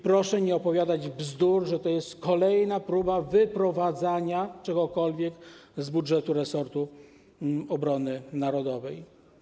Proszę nie opowiadać bzdur, nie mówić, że to kolejna próba wyprowadzania czegokolwiek z budżetu resortu obrony narodowej.